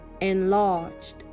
enlarged